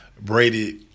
Brady